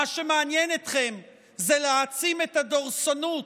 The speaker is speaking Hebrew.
מה שמעניין אתכם זה להעצים את הדורסנות